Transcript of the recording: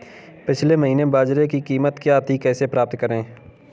पिछले महीने बाजरे की कीमत क्या थी कैसे पता करें?